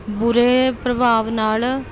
ਬੁਰੇ ਪ੍ਰਭਾਵ ਨਾਲ